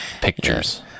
pictures